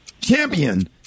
Champion